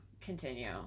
continue